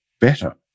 better